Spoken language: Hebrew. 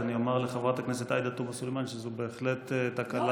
אני אומר לחברת הכנסת עאידה תומא סלימאן שזו בהחלט תקלה.